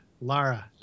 Lara